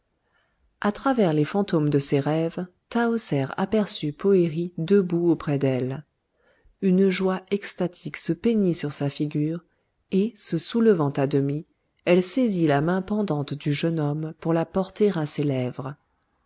à travers les fantômes de ses rêves tahoser aperçut poëri debout auprès d'elle une joie extatique se peignit sur sa figure et se soulevant à demi elle saisit la main pendante du jeune homme pour la porter à ses lèvres